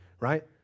right